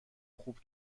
خوب